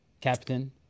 captain